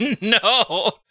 No